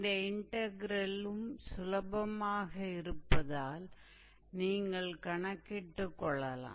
இந்த இரு இன்டக்ரெலும் சுலபமானதாக இருப்பதால் நீங்கள் கணக்கிட்டுக் கொள்ளலாம்